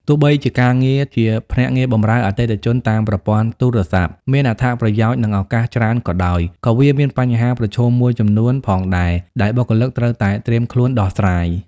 ទោះបីជាការងារជាភ្នាក់ងារបម្រើអតិថិជនតាមប្រព័ន្ធទូរស័ព្ទ មានអត្ថប្រយោជន៍ និងឱកាសច្រើនក៏ដោយ ក៏វាមានបញ្ហាប្រឈមមួយចំនួនផងដែរ ដែលបុគ្គលិកត្រូវតែត្រៀមខ្លួនដោះស្រាយ។